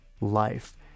life